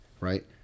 Right